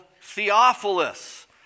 theophilus